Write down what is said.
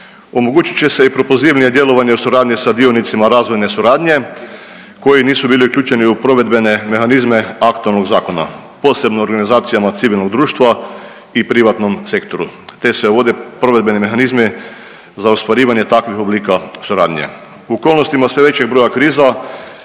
Omogućit će se i propulzivnije djelovanje u suradnji sa dionicima razvojne suradnje koji nisu bili uključeni u provedbene mehanizme aktualnog zakona, posebno organizacijama civilnog društva i privatnom sektoru, te se uvode provedbeni mehanizmi za ostvarivanje takvih oblika suradnje. U okolnostima sve većeg broja kriza